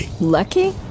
Lucky